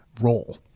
role